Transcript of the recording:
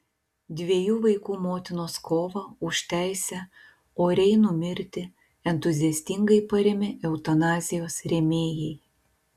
dviejų vaikų motinos kovą už teisę oriai numirti entuziastingai parėmė eutanazijos rėmėjai